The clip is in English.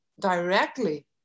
directly